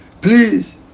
please